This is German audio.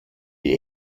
die